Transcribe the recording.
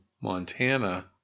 Montana